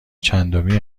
چندمی